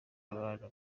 abantu